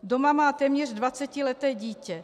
Doma má téměř dvacetileté dítě.